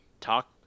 talk